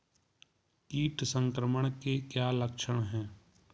कीट संक्रमण के क्या क्या लक्षण हैं?